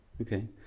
Okay